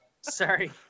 Sorry